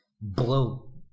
blow